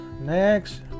next